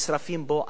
נשרפים בו אנשים.